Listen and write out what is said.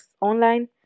online